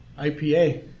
IPA